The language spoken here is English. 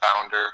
founder –